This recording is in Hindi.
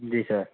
जी सर